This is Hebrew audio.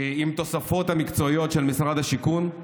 עם התוספות המקצועיות של משרד השיכון.